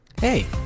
Hey